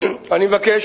אני מבקש,